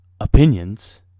opinions